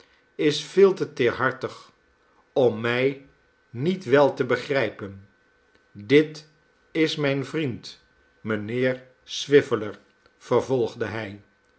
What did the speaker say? is veel te teerhartig om mij niet wel te begrijpen dit is mijn vriend mijnheer swiveller vervolgde hij